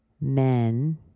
men